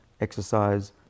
exercise